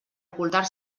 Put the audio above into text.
ocultar